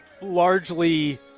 largely